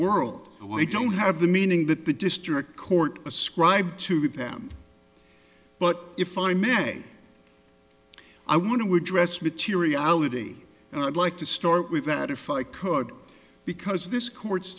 in the world why don't have the meaning that the district court ascribed to them but if i may i want to address materiality and i'd like to start with that if i could because this court's